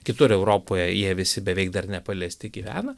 kitur europoje jie visi beveik dar nepaliesti gyvena